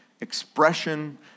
expression